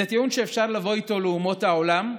זה טיעון שאפשר לבוא איתו לאומות העולם?